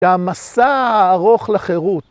והמסע בארוך לחירות.